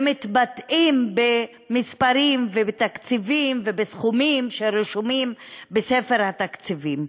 שמתבטאות במספרים ובתקציבים ובסכומים שרשומים בספר התקציבים.